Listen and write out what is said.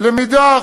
למידה,